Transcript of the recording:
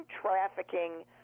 trafficking